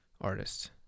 artists